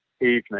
evening